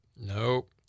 Nope